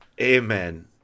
Amen